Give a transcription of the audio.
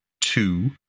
two